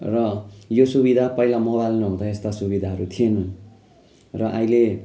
र यो सुविधा पहिला मोबाइलमा नहुँदा यस्ता सुविधाहरू थिएनन् र अहिले